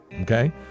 okay